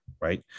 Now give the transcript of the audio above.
right